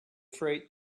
freight